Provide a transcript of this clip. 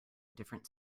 different